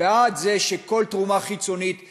בעד שכל תרומה חיצונית תדוּוח,